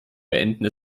beenden